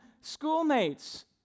schoolmates